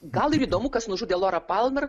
gal ir įdomu kas nužudė lorą pakmer